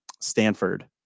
Stanford